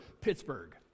Pittsburgh